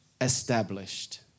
established